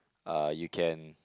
uh you can